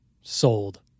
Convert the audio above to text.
Sold